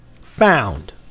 found